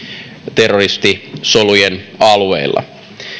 terroristisolujen alueilla